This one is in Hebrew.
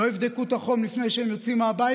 לא בדקו את החום לפני שהם יוצאים מהבית.